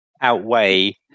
outweigh